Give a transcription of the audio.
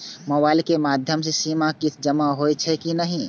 Mobile के माध्यम से सीमा किस्त जमा होई छै कि नहिं?